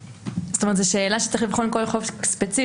זאת שאלה שצריך לבחון כל חוב ספציפי.